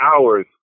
hours